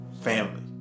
family